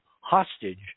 hostage